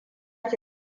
ki